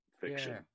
fiction